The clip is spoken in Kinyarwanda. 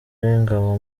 w’ingabo